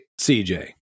CJ